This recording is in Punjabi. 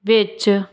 ਵਿੱਚ